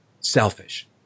selfish